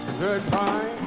goodbye